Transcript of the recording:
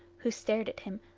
who stared at him,